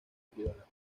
privadas